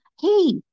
hey